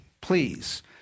please